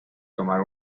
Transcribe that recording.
tomar